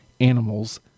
animals